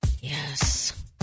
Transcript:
Yes